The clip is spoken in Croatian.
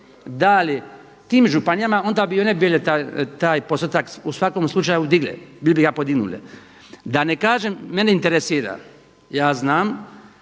dali tim županijama onda bi one bile taj postotak u svakom slučaju digle, bile bi ga podignule. Da ne kažem, mene interesira, ja znam